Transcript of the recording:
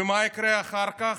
ומה יקרה אחר כך?